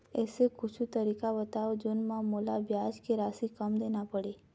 ऐसे कुछू तरीका बताव जोन म मोला ब्याज के राशि कम देना पड़े?